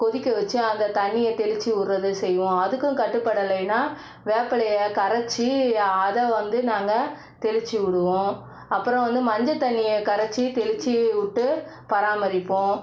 கொதிக்க வெச்சி அந்த தண்ணியை தெளித்து விட்றது செய்வோம் அதுக்கும் கட்டுப்படலைன்னா வேப்பிலையை கரைச்சி அதை வந்து நாங்கள் தெளித்து விடுவோம் அப்புறம் வந்து மஞ்சள் தண்ணியை கரைச்சி தெளித்து விட்டு பராமரிப்போம்